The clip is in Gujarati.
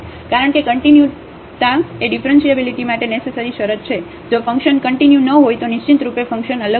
કારણ કે કંટીન્યુતા એ ડિફરન્ટિએબિલીટી માટે નેસેસરી શરત છે જો ફંકશન કંટીન્યુ ન હોય તો નિશ્ચિતરૂપે ફંક્શન અલગ નથી